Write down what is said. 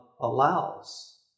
allows